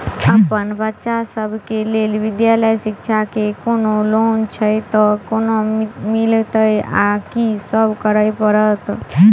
अप्पन बच्चा सब केँ लैल विधालय शिक्षा केँ कोनों लोन छैय तऽ कोना मिलतय आ की सब करै पड़तय